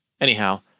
Anyhow